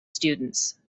students